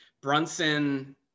Brunson